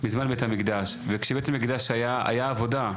בזמן בית המקדש וכשבית המקדש היה עבודה,